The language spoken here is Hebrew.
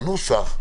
זה הנוסח,